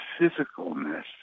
physicalness